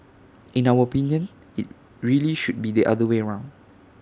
in our opinion IT really should be the other way round